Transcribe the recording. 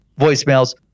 voicemails